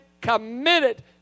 committed